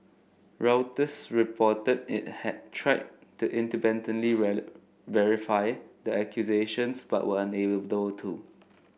reuters reported it had tried to independently value verify the accusations but were unable to